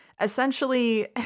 essentially